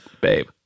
babe